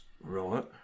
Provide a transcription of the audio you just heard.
Right